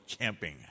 camping